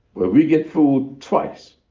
but we get fooled twice,